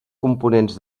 components